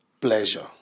pleasure